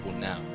now